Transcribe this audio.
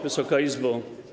Wysoka Izbo!